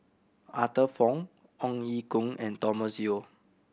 Arthur Fong Ong Ye Kung and Thomas Yeo